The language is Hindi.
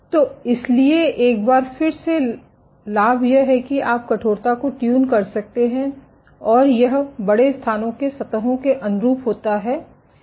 तो इसलिए एक बार फिर से लाभ यह कि आप कठोरता को ट्यून कर सकते हैं और यह बड़े स्थानों में सतहों के अनुरूप होता है